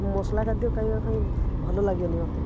ମସଲା ଖାଦ୍ୟ ଖାଇବା ପାଇଁ ଭଲ ଲାଗିବନି ମୋତେ